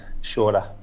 shorter